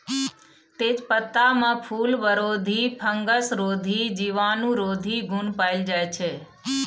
तेजपत्तामे फुलबरोधी, फंगसरोधी, जीवाणुरोधी गुण पाएल जाइ छै